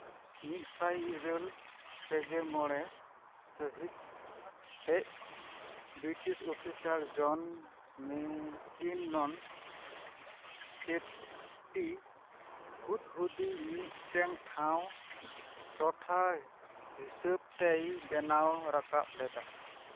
ᱢᱤᱫ ᱥᱟᱭ ᱤᱨᱟᱹᱞ ᱯᱮ ᱜᱮ ᱢᱚᱬᱮ ᱥᱟᱺᱦᱤᱛ ᱥᱮᱡ ᱵᱨᱤᱴᱤᱥ ᱚᱯᱷᱤᱥᱟᱨ ᱡᱚᱱ ᱢᱮᱠᱤᱱᱚᱱ ᱠᱮᱯᱴᱤ ᱦᱩᱫᱽ ᱦᱩᱫᱤ ᱢᱤᱫᱴᱟᱝ ᱴᱷᱟᱶ ᱴᱚᱴᱷᱟ ᱦᱤᱥᱟᱹᱵ ᱛᱮᱭ ᱵᱮᱱᱟᱣ ᱨᱟᱠᱟᱵ ᱞᱮᱫᱟ